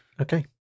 Okay